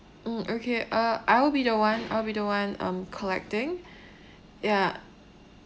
mm okay uh I'll be the one I'll be the one um collecting ya